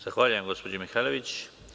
Zahvaljujem, gospođo Mihajlović.